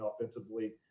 offensively